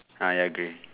ah ya grey